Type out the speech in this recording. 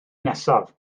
nesaf